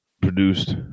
produced